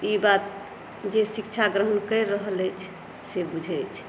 ई बात जे शिक्षा ग्रहण करि रहल अछि से बुझै छै